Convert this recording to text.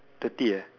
thirty